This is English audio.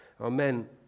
Amen